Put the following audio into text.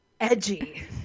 edgy